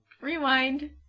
Rewind